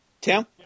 tim